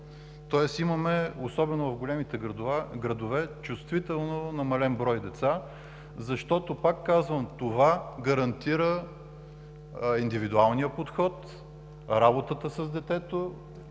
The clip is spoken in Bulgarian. тоест имаме, особено в големите градове, чувствително намален брой деца, защото, пак казвам, това гарантира индивидуалния подход, работата с детето,